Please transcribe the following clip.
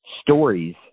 stories